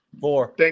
Four